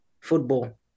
football